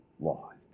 lost